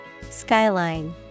Skyline